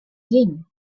din